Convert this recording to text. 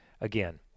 again